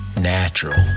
natural